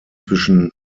zwischen